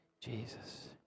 Jesus